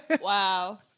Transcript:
Wow